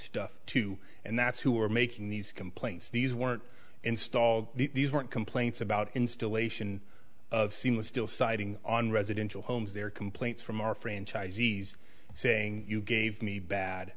stuff to and that's who are making these complaints these weren't installed these weren't complaints about installation of seamless still siding on residential homes there are complaints from our franchisees saying you gave me bad